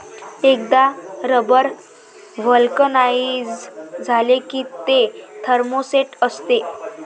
एकदा rubber vulcanise झाले की ते थर्मोसेट असते